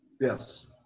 Yes